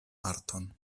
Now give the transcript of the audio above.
arton